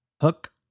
hook